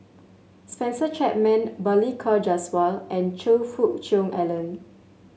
Spencer Chapman Balli Kaur Jaswal and Choe Fook Cheong Alan